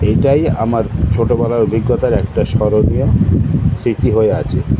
এইটাই আমার ছোটোবেলার অভিজ্ঞতার একটা স্মরণীয় স্মৃতি হয়ে আছে